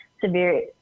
severe